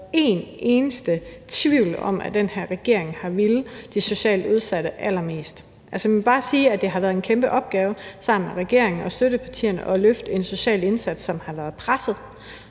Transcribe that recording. helst tvivl om, at den her regering har villet de socialt udsatte allermest. Jeg må bare sige, at det har været en kæmpe opgave sammen med regeringen og støttepartierne at løfte en social indsats, som har været presset,